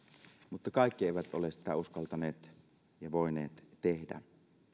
mutta kaikki eivät ole sitä uskaltaneet tai voineet tehdä